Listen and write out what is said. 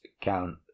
count